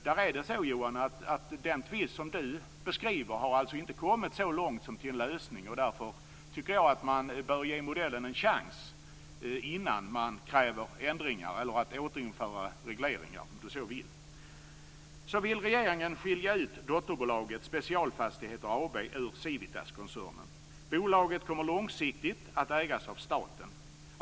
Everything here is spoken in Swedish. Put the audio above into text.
Den tvist som Johan Lönnroth beskriver har inte kommit så långt som till en lösning. Därför tycker jag att man bör ge modellen en chans innan man kräver ändringar eller återinförande av regleringar, om man så vill. Så vill regeringen skilja ut dotterbolaget Specialfastigheter AB ur Civitaskoncernen. Bolaget kommer långsiktigt att ägas av staten.